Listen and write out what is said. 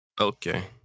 Okay